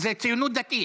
זה הציונות הדתית.